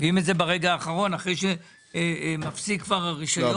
מביאים את זה ברגע האחרון אחרי שכבר מפסיק הרישיון.